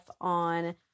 on